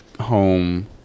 home